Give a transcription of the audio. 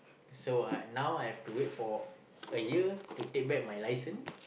so I now I have to wait for a year to take back my license